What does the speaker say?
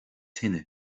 tine